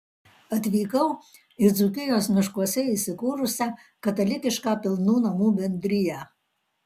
atvykau į dzūkijos miškuose įsikūrusią katalikišką pilnų namų bendriją